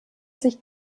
sich